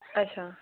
अच्छा